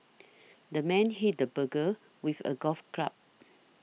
the man hit the burglar with a golf club